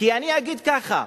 כי אני אגיד ככה: